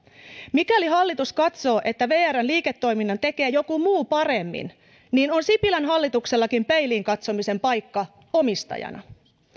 mikäli hallitus katsoo että vrn liiketoiminnan tekee joku muu paremmin niin on sipilän hallituksellakin peiliin katsomisen paikka omistajana